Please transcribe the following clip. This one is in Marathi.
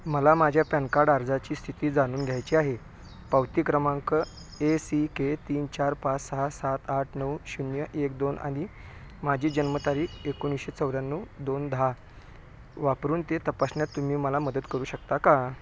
मला माझ्या पॅन कार्ड अर्जाची स्थिती जाणून घ्यायची आहे पावती क्रमांक ए सी के तीन चार पाच सहा सात आठ नऊ शून्य एक दोन आणि माझी जन्मतारीख एकोणीसशे चौऱ्याण्णव दोन दहा वापरून ते तपासण्यात तुम्ही मला मदत करू शकता का